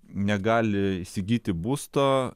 negali įsigyti būsto